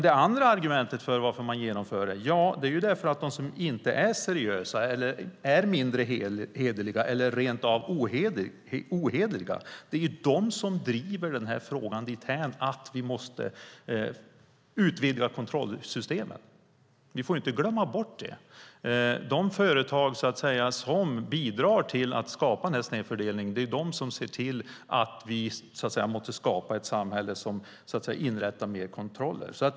Det andra argumentet för att genomföra detta är att de som inte är seriösa eller är mindre hederliga eller rent av ohederliga driver den här frågan dithän att vi måste utvidga kontrollsystemet. Ni får inte glömma bort det. De företag som bidrar till den här snedfördelningen är de som ser till att vi måste skapa ett samhälle som inrättar fler kontroller.